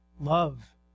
Love